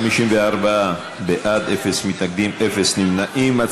54 בעד, אין מתנגדים, אין נמנעים.